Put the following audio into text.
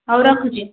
ହଉ ରଖୁଛି